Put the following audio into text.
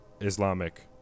Islamic